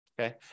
Okay